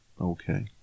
Okay